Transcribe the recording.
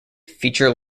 feature